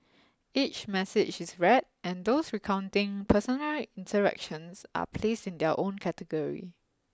each message is read and those recounting personal interactions are placed in their own category